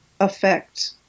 affect